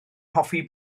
hoffi